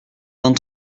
dans